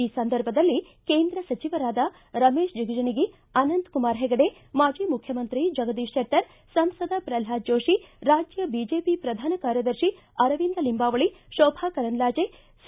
ಈ ಸಂದರ್ಭದಲ್ಲಿ ಕೇಂದ್ರ ಸಚಿವರಾದ ರಮೇಶ್ ಜಿಗಜಿಣಗಿ ಅನಂತಕುಮಾರ್ ಹೆಗಡೆ ಮಾಜಿ ಮುಖ್ಯಮಂತ್ರಿ ಜಗದೀಶ್ ಶೆಟ್ಟರ್ ಸಂಸದ ಪ್ರಹ್ಲಾದ ಜೋಷಿ ರಾಜ್ಯ ಬಿಜೆಪಿ ಪ್ರಧಾನ ಕಾರ್ಯದರ್ಶಿ ಅರವಿಂದ ಲಿಂಬಾವಳಿ ಶೋಭಾ ಕರಂದ್ಲಾಜೆ ಸಿ